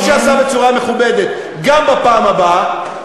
כמו שעשה בצורה מכובדת, גם בפעם הבאה,